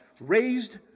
Raised